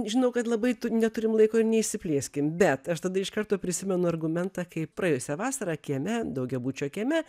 žinau kad labai tu neturim laiko ir neišsiplėskim bet aš tada iš karto prisimenu argumentą kaip praėjusią vasarą kieme daugiabučio kieme